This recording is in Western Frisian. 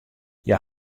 hja